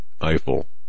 Eiffel